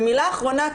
ומילה אחרונה,